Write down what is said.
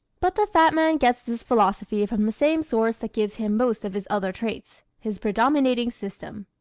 but the fat man gets this philosophy from the same source that gives him most of his other traits his predominating system.